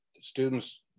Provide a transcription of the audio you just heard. Students